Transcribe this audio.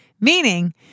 Meaning